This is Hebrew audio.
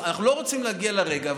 אנחנו לא רוצים להגיע לרגע,